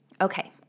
Okay